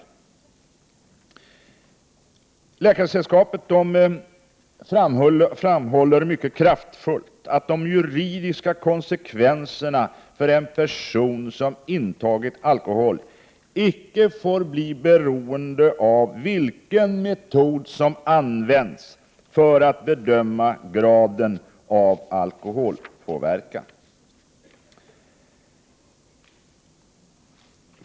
Svenska läkaresällskapet framhåller mycket kraftigt att de juridiska konsekvenserna för en person som har intagit alkohol icke får bli beroende av vilken metod som används för att bedöma graden av alkoholpåverkan.